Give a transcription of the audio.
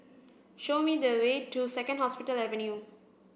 show me the way to Second Hospital Avenue